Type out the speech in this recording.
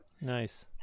Nice